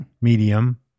medium